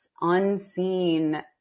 unseen